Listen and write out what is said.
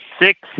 six